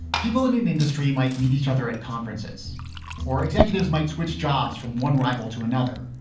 people in an industry might meet each other at conferences or executives might switch jobs from one rival to another.